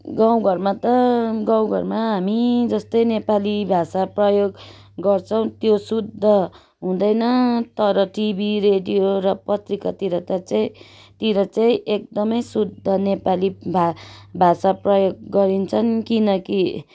गाउँ घरमा त गाउँ घरमा हामी जस्तै नेपाली भाषा प्रयोग गर्छौँ त्यो शुद्ध हुँदैन तर टिभी रेडियो र पत्रिकातिर चाहिँ तिर चाहिँ एकदमै शुद्ध नेपाली भा भाषा प्रयोग गरिन्छन् किनकि